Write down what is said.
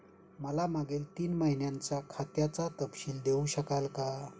मला मागील तीन महिन्यांचा खात्याचा तपशील देऊ शकाल का?